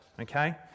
Okay